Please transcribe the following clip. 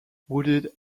wooded